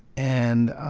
and